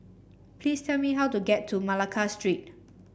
please tell me how to get to Malacca Street